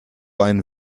einen